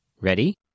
Ready